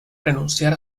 renunciar